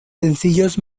sencillos